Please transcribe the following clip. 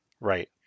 Right